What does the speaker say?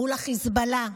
מול החיזבאללה,